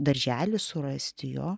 darželį surasti jo